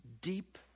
Deep